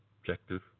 objective